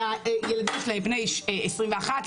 שהילדים שלהם בני 21,